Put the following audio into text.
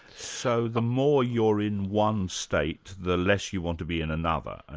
so the more you're in one state, the less you want to be in another. ah